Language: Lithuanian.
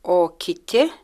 o kiti